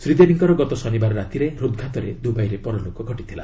ଶୀଦେବୀଙ୍କର ଗତ ଶନିବାର ରାତିରେ ହୃଦ୍ଘାତରେ ଦୂବାଇରେ ପରଲୋକ ଘଟିଥିଲା